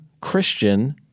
Christian